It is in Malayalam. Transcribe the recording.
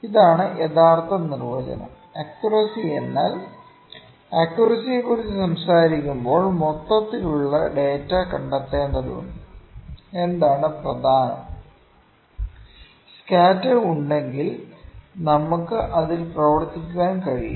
ഇതാണ് യഥാർത്ഥ നിർവചനം അക്ക്യൂറസി എന്നാൽ അക്ക്യൂറസിയെക്കുറിച്ച് സംസാരിക്കുമ്പോൾ മൊത്തത്തിലുള്ള ഡാറ്റ കണ്ടെത്തേണ്ടതുണ്ട് എന്താണ് പ്രധാനം സ്കാറ്റർ ഉണ്ടെങ്കിൽ നമുക്ക് അതിൽ പ്രവർത്തിക്കാൻ കഴിയും